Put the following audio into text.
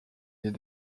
est